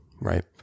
right